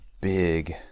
big